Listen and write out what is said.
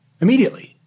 immediately